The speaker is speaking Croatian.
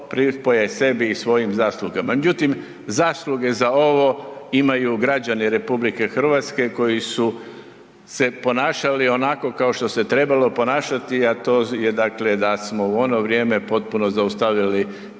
sebi i svojim zaslugama međutim zasluge za ovo imaju građani RH koji su se ponašali onako kao što se trebalo ponašati a to je dakle da smo u ono vrijeme potpuno zaustavili